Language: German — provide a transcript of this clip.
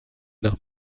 nach